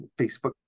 Facebook